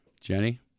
Jenny